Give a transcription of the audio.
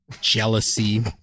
jealousy